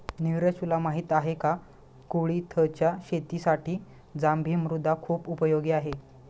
निरज तुला माहिती आहे का? कुळिथच्या शेतीसाठी जांभी मृदा खुप उपयोगी आहे